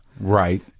Right